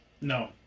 No